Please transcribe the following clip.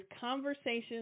conversations